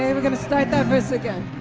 ah but going to start that verse again.